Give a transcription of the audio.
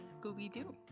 *Scooby-Doo*